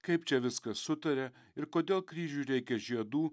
kaip čia viskas sutaria ir kodėl kryžiui reikia žiedų